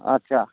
আচ্ছা